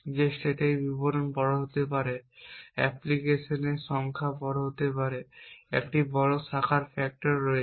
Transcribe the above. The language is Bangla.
যে স্টেটের বিবরণ বড় হতে পারে অ্যাপ্লিকেশনের সংখ্যা বড় হতে পারে যে একটি বড় শাখার ফ্যাক্টর রয়েছে